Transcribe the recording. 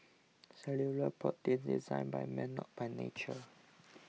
cellular proteins designed by man not by nature